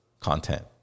content